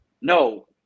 No